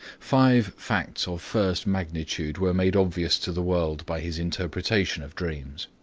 five facts of first magnitude were made obvious to the world by his interpretation of dreams.